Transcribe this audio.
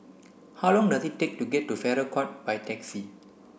how long does it take to get to Farrer Court by taxi